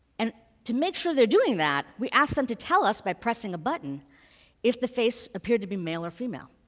and to make sure they're doing that, we ask them to tell us by pressing a button if the face appeared to be male or female.